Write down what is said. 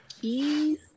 keys